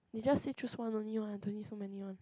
you just say choose one only what don't need so many one